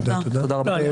תודה רבה.